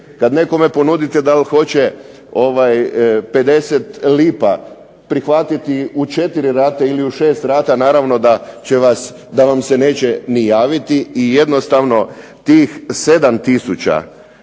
kada nekome ponudite da li hoće 50 lipa prihvatiti u 4 rate ili u 6 rata naravno da vam se neće ni javiti. I jednostavno tih 7 tisuća